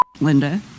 linda